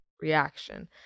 reaction